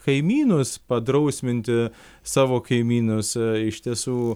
kaimynus padrausminti savo kaimynus iš tiesų